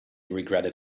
regretted